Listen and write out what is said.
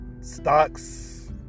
stocks